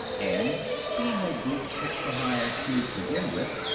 and being a group picked for high i. q. to begin with,